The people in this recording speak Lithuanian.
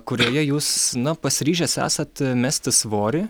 kurioje jūs na pasiryžęs esat mesti svorį